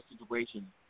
situation